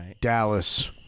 Dallas